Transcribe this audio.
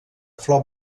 flor